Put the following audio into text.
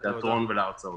התיאטרון וההרצאות.